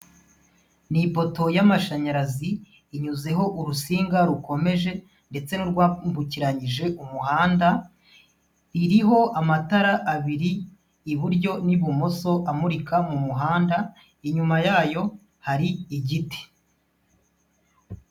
Ni ipoto y'amashanyarazi inyuzeho urusinga rukomeje ndetse n'urwambukiranyije umuhanda. Iriho amatara abiri, iburyo n'ibumoso amurika mu muhanda .Inyuma yayo hari igiti.